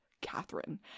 Catherine